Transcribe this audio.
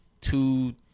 two